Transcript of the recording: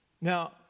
Now